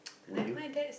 would you